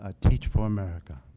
ah teach for america.